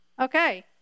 Okay